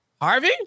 Harvey